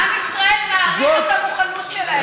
עם ישראל מעריך את המוכנות שלהם.